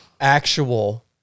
actual